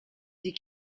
dix